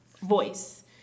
voice